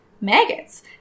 maggots